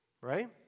Right